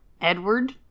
Edward